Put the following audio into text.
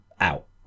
out